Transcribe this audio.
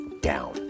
down